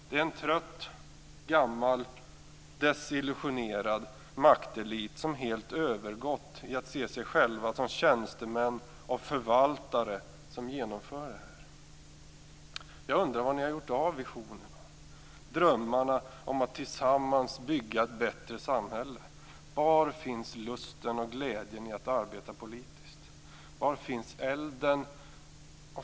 Det är en trött, gammal och desillusionerad maktelit av personer som helt har övergått till att se sig själva som de tjänstemän och förvaltare som genomför det här. Jag undrar var ni har gjort av visionerna, drömmarna om att tillsammans bygga ett bättre samhälle. Var finns lusten och glädjen i att arbeta politiskt? Var finns elden?